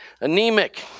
anemic